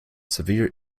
severe